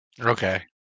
Okay